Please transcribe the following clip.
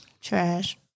Trash